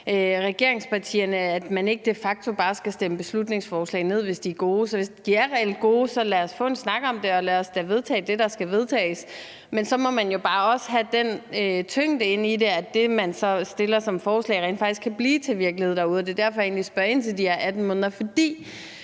regeringsparti har det sådan, at man ikke de facto bare skal stemme beslutningsforslag ned, hvis de er gode. Hvis de reelt er gode, så lad os få en snak om det, og så lad os da vedtage det, der skal vedtages. Men så må man jo også bare have den tyngde i det, at det, man fremsætter som et forslag, rent faktisk kan blive til virkelighed derude, og det er egentlig derfor, at jeg spørger ind til det her med de 18 måneder. For